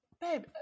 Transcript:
babe